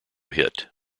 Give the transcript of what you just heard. hit